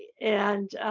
and